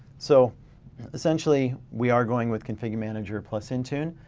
so essentially we are going with configure manager plus intune.